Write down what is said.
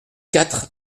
quatre